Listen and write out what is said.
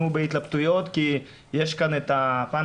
אנחנו בהתלבטויות כי יש כאן את הפן